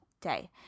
day